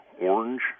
orange